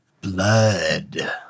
Blood